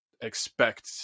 expect